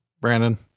Brandon